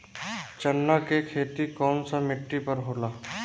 चन्ना के खेती कौन सा मिट्टी पर होला?